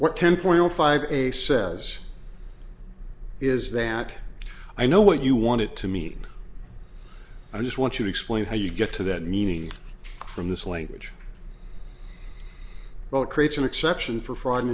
what ten point zero five a says is that i know what you want it to mean i just want you to explain how you get to that meaning from this language well it creates an exception for fraud